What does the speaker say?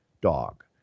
dog